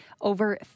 over